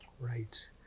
Right